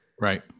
Right